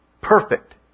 perfect